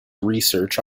research